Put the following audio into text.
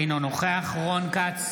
אינו נוכח רון כץ,